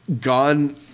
gone